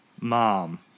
mom